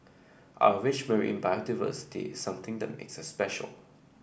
our rich marine biodiversity is something that makes us special